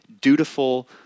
dutiful